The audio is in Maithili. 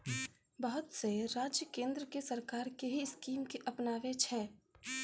बहुत से राज्य केन्द्र सरकार के ही स्कीम के अपनाबै छै